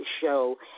show